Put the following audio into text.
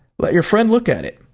let your friend look at it.